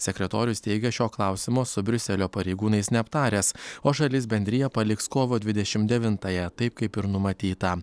sekretorius teigia šio klausimo su briuselio pareigūnais neaptaręs o šalis bendriją paliks kovo dvidešim devintąją taip kaip ir numatyta